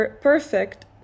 perfect